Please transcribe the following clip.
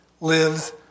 lives